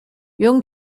young